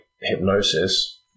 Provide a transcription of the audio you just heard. hypnosis